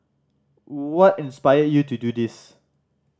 what inspired you to do this